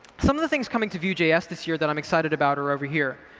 some of the things coming to vue js this year that i'm excited about are over here.